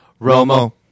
Romo